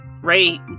Ray